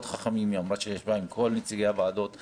היא אמרה שהיא ישבה עם כל נציגי המפלגות